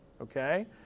Okay